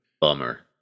Bummer